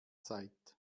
zeit